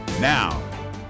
Now